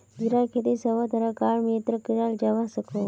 जीरार खेती सब तरह कार मित्तित कराल जवा सकोह